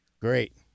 Great